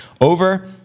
over